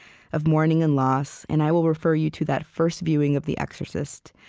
of mourning and loss, and i will refer you to that first viewing of the exorcist,